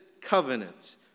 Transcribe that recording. covenant